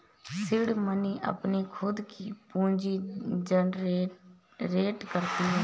seed money अपनी खुद पूंजी जनरेट करती है